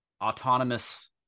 autonomous